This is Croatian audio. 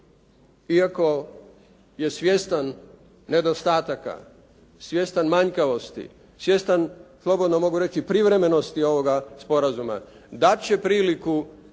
iako je svjestan nedostataka, svjestan manjkavosti, svjestan slobodno mogu reći privremenosti ovoga sporazuma dat će priliku ovom